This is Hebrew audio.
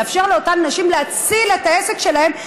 לאפשר לאותן נשים להציל את העסק שלהן,